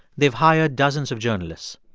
they've hired dozens of journalists.